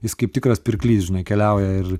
jis kaip tikras pirklys žinai keliauja ir